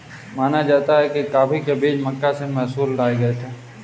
माना जाता है कि कॉफी के बीज मक्का से मैसूर लाए गए थे